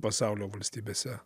pasaulio valstybėse